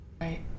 Right